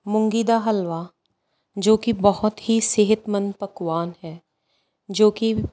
ਮੂੰਗੀ ਦਾ ਹਲਵਾ ਜੋ ਕਿ ਬਹੁਤ ਹੀ ਸਿਹਤਮੰਦ ਪਕਵਾਨ ਹੈ ਜੋ ਕਿ